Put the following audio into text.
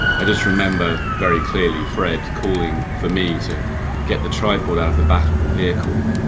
i just remember very clearly fred calling for me to get the tripod out of the back of the vehicle.